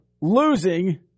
losing